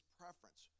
preference